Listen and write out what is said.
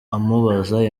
amubaza